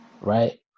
Right